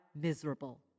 miserable